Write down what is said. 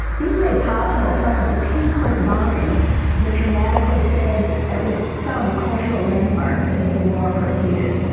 these made possible some of the pinpoint bombing that dramatically saved at least some cultural landmarks as the war proceeded.